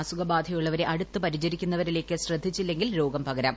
അസുഖ ബാധയുള്ളവരെ അടുത്ത് പരിചരിക്കുന്നവരിലേക്ക് ശ്രദ്ധിച്ചില്ലെങ്കിൽ രോഗം പകരാം